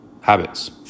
habits